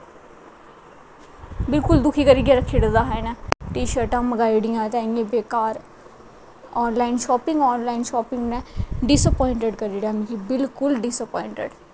बिल्कुल दुक्खी करियै रक्खी ओड़े दे हे इ'नै टीशर्टां मंगवाई ओड़ियां ते इ'यां बेकार online shopping online shopping ने डिसअपोइंटिड करी ओड़ेआ बिल्कुल डिसअपोईंटिड